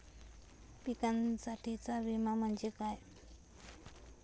पिकांसाठीचा विमा म्हणजे काय?